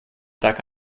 так